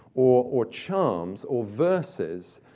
or or charms, or verses.